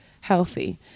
healthy